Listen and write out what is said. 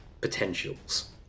potentials